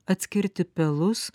atskirti pelus